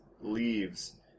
leaves